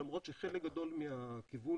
למרות שחלק גדול מהכיוון,